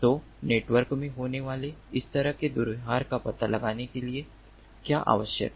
तो नेटवर्क में होने वाले इस तरह के दुर्व्यवहार का पता लगाने के लिए क्या आवश्यक है